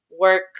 work